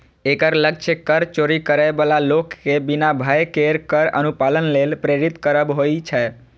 एकर लक्ष्य कर चोरी करै बला लोक कें बिना भय केर कर अनुपालन लेल प्रेरित करब होइ छै